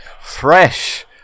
fresh